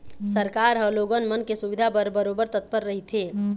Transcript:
सरकार ह लोगन मन के सुबिधा बर बरोबर तत्पर रहिथे